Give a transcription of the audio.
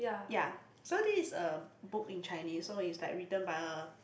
ya so this is a book in Chinese so is like written by a